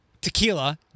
Tequila